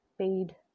paid